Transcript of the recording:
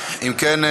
אם כן,